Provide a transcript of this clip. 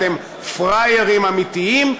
אתם פראיירים אמיתיים,